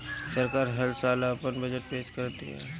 सरकार हल साल आपन बजट पेश करत बिया